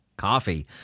Coffee